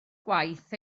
gwaith